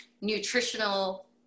nutritional